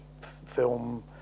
film